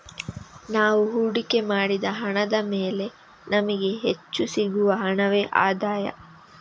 ನಾವು ಹೂಡಿಕೆ ಮಾಡಿದ ಹಣದ ಮೇಲೆ ನಮಿಗೆ ಹೆಚ್ಚು ಸಿಗುವ ಹಣವೇ ಆದಾಯ